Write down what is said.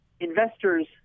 investors